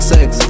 Sex